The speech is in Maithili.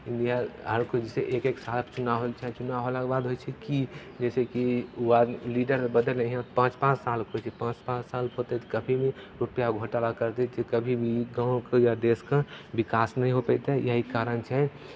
इएह हाल कि जइसे एक एक सालपर चुनाव होयके चाही चुनाव होलाके बाद होइ छै की जइसे कि वार्ड लीडर बदललै हइ पाँच पाँच सालपर जे पाँच पाँच सालपर होतै तऽ कभी भी रुपैआ घोटाला करि देतै कभी भी गाँवके या देशके विकास नहि हो पयतै यही कारण छै